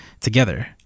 together